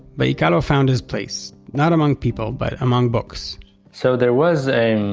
but yikealo found his place. not among people, but among books so there was a